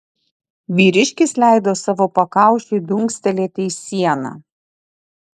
vyriškis leido savo pakaušiui dunkstelėti į sieną